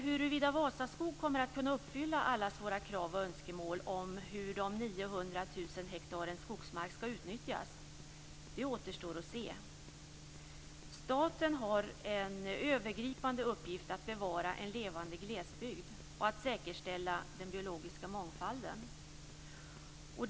Huruvida Vasaskog kommer att kunna uppfylla allas våra krav och önskemål om hur de 900 000 hektaren skogsmark skall utnyttjas återstår att se. Staten har en övergripande uppgift att bevara en levande glesbygd och att säkerställa den biologiska mångfalden.